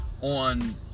On